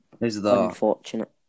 unfortunate